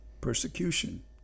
persecution